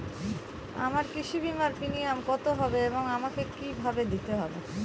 আমার কৃষি বিমার প্রিমিয়াম কত হবে এবং আমাকে কি ভাবে দিতে হবে?